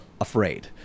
afraid